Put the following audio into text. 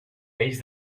pells